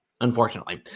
unfortunately